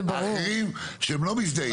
האחרים, שהם לא מזדהים.